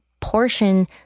portion